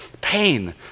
pain